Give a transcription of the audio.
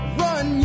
run